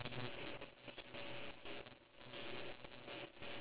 ya K so